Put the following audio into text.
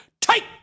take